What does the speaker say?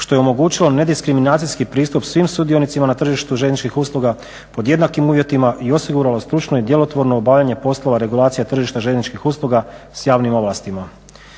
što je omogućilo nediskriminacijski pristup svim sudionicima na tržištu željezničkih usluga pod jednakim uvjetima i osiguralo stručno i djelotvorno obavljanje poslova regulacija tržišta željezničkih usluga sa javnim ovlastima.